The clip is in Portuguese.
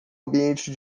ambiente